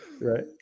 Right